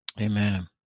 Amen